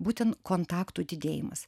būtent kontaktų didėjimas